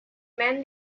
men